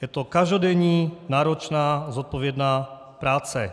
Je to každodenní náročná zodpovědná práce.